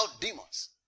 demons